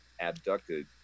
abducted